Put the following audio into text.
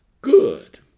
good